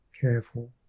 careful